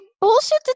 bullshit